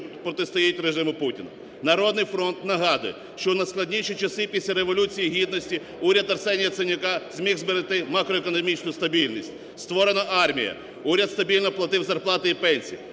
протистоїть режиму Путіну. "Народний фронт" нагадує, що в найскладніші часи після Революції Гідності, уряд Арсенія Яценюка зміг зберегти макроекономічну стабільність, створена армія, уряд стабільно платив зарплати і пенсії,